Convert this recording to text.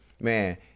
man